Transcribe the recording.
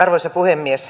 arvoisa puhemies